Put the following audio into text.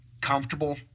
comfortable